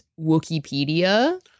Wikipedia